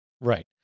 Right